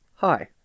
Hi